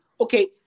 okay